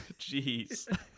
Jeez